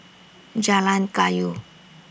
Jalan Kayu